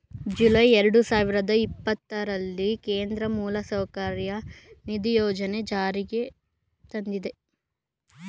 July ಎರಡು ಸಾವಿರದ ಇಪ್ಪತ್ತರಲ್ಲಿ ಕೇಂದ್ರ ಮೂಲಸೌಕರ್ಯ ನಿಧಿ ಯೋಜನೆಯನ್ನು ಜಾರಿಗೆ ತಂದಿದೆ